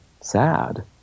sad